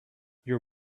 your